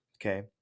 okay